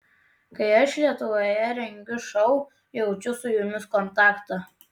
kai aš lietuvoje rengiu šou jaučiu su jumis kontaktą